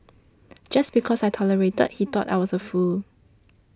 just because I tolerated he thought I was a fool